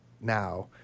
now